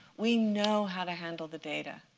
we know how to handle the data.